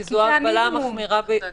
כי זו ההגבלה המחמירה ביותר.